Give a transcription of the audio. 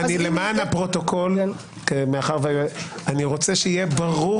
למען הפרוטוקול אני רוצה שיהיה ברור